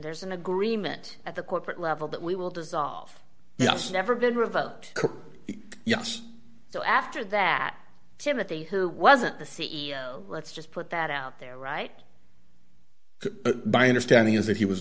there's an agreement at the corporate level that we will dissolve yeah it's never been revoked yes so after that timothy who wasn't the c e o let's just put that out there right by understanding is that he was